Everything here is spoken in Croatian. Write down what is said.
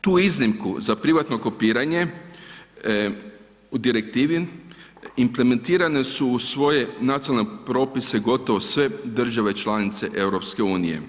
Tu iznimku za privatno kopiranje u direktivi implementirane su u svoje nacionalne propise gotovo sve države članice EU.